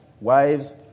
Wives